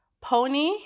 Pony